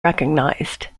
recognized